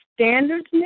standards